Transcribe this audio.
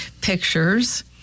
pictures